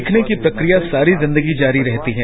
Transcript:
सीखने की प्रक्रिया सारी विंदगी जारी रहती है